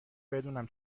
بدونم